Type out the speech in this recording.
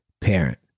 parent